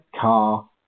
car